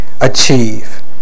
achieve